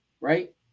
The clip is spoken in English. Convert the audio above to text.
right